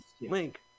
link